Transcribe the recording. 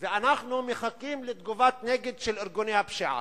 ואנחנו מחכים לתגובת נגד של ארגוני הפשיעה".